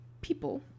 people